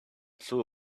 flew